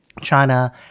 China